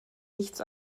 nichts